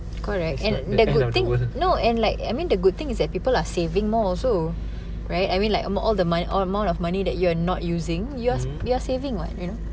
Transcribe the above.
correct and the good thing no and like I mean the good thing is that people are saving more also right I mean like among all the money amount of money that you're not using you're you're saving [what] you know